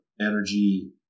energy